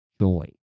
joy